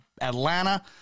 Atlanta